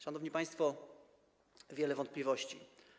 Szanowni państwo - wiele wątpliwości.